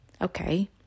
Okay